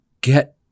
get